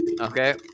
okay